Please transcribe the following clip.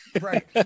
right